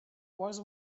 was